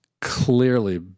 clearly